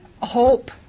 hope